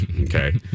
Okay